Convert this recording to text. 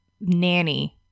nanny